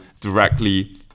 directly